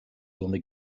only